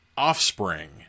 Offspring